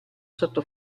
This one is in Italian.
sotto